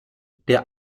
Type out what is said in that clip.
der